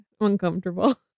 uncomfortable